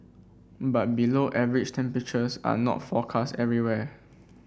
but below average temperatures are not forecast everywhere